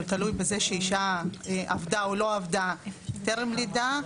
הוא תלוי בזה שאישה עבדה או לא עבדה טרם לידה,